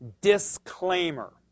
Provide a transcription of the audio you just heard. Disclaimer